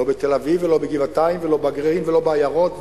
לא בתל-אביב ולא בגבעתיים ולא ב ולא בעיירות,